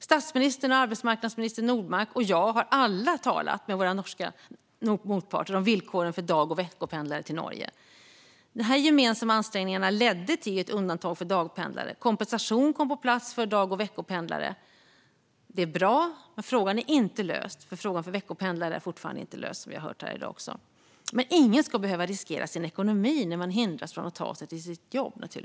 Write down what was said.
Statsministern, arbetsmarknadsminister Nordmark och jag har alla talat med våra norska motparter om villkoren för dag och veckopendlare till Norge. De här gemensamma ansträngningarna ledde till ett undantag för dagpendlare. Kompensation kom på plats för dag och veckopendlare. Det är bra, men frågan är inte löst eftersom frågan för veckopendlare fortfarande inte är löst, som vi också har hört här i dag. Ingen ska naturligtvis behöva riskera sin ekonomi när man hindras från att ta sig till sitt jobb.